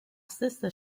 sister